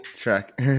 Track